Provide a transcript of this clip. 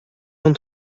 cent